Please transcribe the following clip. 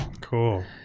Cool